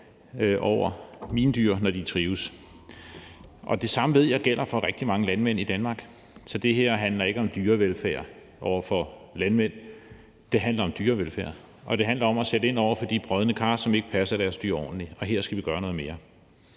over mine dyr, når de trives. Det samme ved jeg gælder for rigtig mange landmænd i Danmark, så det her handler ikke om dyrevelfærd over for landmænd. Det handler om dyrevelfærd, og det handler om at sætte ind over for de brodne kar, som ikke passer deres dyr ordentligt, og her skal vi gøre noget mere.